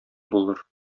булыр